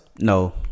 No